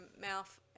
mouth